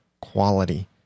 quality